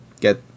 get